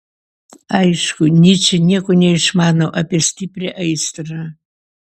aišku nyčė nieko neišmano apie stiprią aistrą